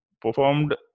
performed